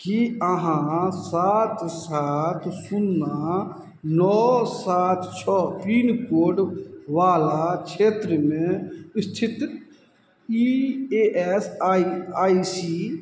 कि अहाँ सात सात सुन्ना नओ सात छओ पिनकोडवला क्षेत्रमे इस्थित E A S I C